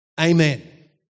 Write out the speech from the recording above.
Amen